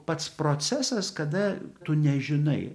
pats procesas kada tu nežinai